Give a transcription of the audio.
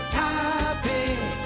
topic